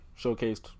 showcased